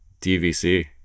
DVC